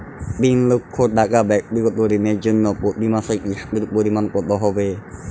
তিন লক্ষ টাকা ব্যাক্তিগত ঋণের জন্য প্রতি মাসে কিস্তির পরিমাণ কত হবে?